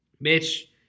Mitch